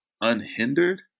unhindered